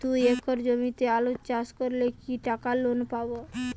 দুই একর জমিতে আলু চাষ করলে কি টাকা লোন পাবো?